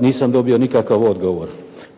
Nisam dobio nikakav odgovor.